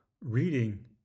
Reading